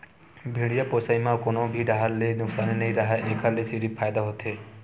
भेड़िया पोसई म कोनो भी डाहर ले नुकसानी नइ राहय एखर ले सिरिफ फायदा होथे